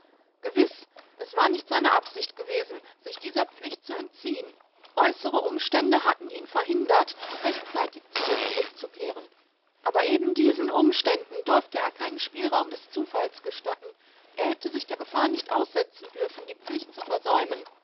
gewiß es war nicht seine absicht gewesen sich dieser pflicht zu entziehen äußere umstände hatten ihn verhindert rechtzeitig zu ihr zurückzukehren aber eben diesen umständen durfte er keinen spielraum des zufalls gestatten er hätte sich der gefahr nicht aussetzen dürfen die pflicht zu versäumen